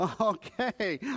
okay